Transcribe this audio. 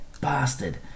bastard